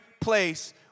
place